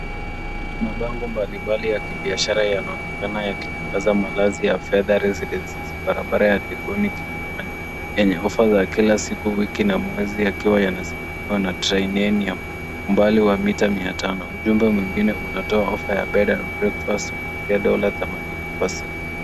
Mabango mbalimbali ya kibiashara yanaonekana yakitangaza malazi ya Fedha Residences, barabara ya Tigoni Kilimani, yenye ofa za kila siku, wiki na mwezi, yakiwa yanasimamiwa na Trianum umbali wa mita 500.Ujumbe mwingine unatoa ofa ya bed and breakfast kuanzia dola 80, kwa siku.